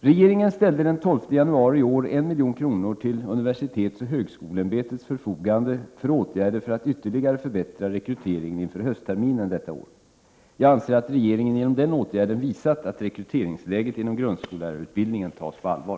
Regeringen ställde den 12 januari i år 1 milj.kr. till UHÄ:s förfogande för åtgärder för att ytterligare förbättra rekryteringen inför höstterminen 1989. Jag anser att regeringen genom denna åtgärd har visat att rekryteringsläget inom grundskollärarutbildningen tas på allvar.